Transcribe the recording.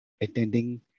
attending